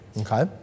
okay